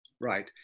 right